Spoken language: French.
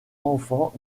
enfant